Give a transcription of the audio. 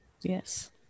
Yes